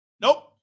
Nope